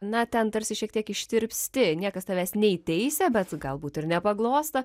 na ten tarsi šiek tiek ištirpsti niekas tavęs nei teisia bet galbūt ir nepaglosto